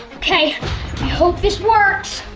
okay, i hope this works!